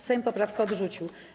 Sejm poprawkę odrzucił.